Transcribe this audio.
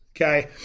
okay